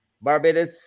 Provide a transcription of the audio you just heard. Barbados